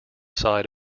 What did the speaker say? side